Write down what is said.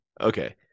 okay